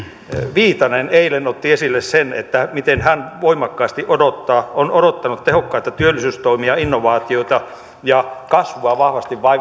viitanen eilen otti esille sen miten hän voimakkaasti odottaa on odottanut tehokkaita työllisyystoimia innovaatioita ja kasvuun vahvasti